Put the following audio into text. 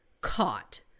caught